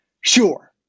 Sure